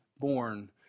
born